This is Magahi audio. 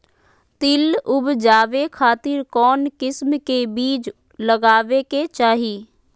तिल उबजाबे खातिर कौन किस्म के बीज लगावे के चाही?